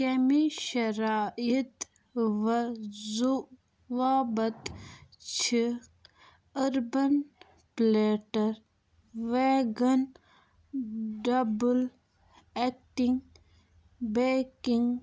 کیٚمہِ شَراعِت وضوٗ وابت چھِ urban platter vegan double acting baking